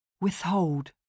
Withhold